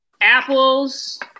apples